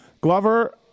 Glover